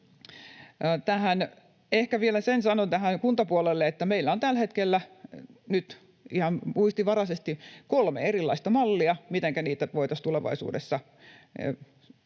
Ehkä vielä sen sanon tähän kuntapuolelle, että meillä on tällä hetkellä nyt ihan muistinvaraisesti kolme erilaista mallia, mitenkä niitä voitaisiin tulevaisuudessa